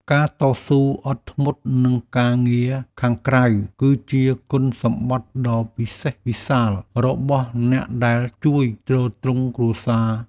ការតស៊ូអត់ធ្មត់នឹងការងារខាងក្រៅ គឺជាគុណសម្បត្តិដ៏វិសេសវិសាលរបស់អ្នកដែលជួយទ្រទ្រង់គ្រួសារ។